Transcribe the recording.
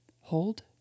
hold